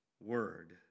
word